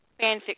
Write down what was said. fanfiction